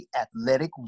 athletic